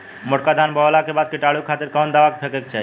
मोटका धान बोवला के बाद कीटाणु के खातिर कवन दावा फेके के चाही?